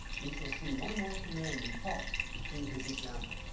we shall see one more commandment taught through his example